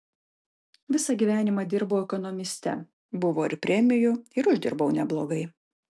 visą gyvenimą dirbau ekonomiste buvo ir premijų ir uždirbau neblogai